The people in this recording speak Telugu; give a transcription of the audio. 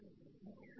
సరే